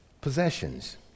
possessions